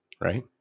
right